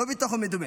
לא ביטחון מדומה.